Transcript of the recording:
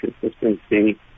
consistency